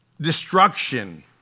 destruction